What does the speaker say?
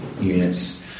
units